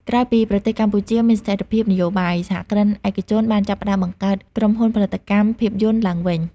ក្រោយពីប្រទេសកម្ពុជាមានស្ថិរភាពនយោបាយ សហគ្រិនឯកជនបានចាប់ផ្តើមបង្កើត ក្រុមហ៊ុនផលិតកម្មភាពយន្ត ឡើងវិញ។